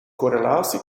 correlatie